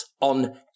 On